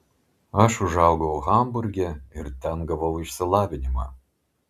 aš užaugau hamburge ir ten gavau išsilavinimą